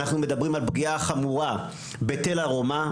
אנחנו מדברים על פגיעה חמורה בתל אמורה,